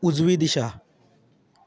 उजवी दिशा